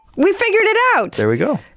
we figured it out. there we go.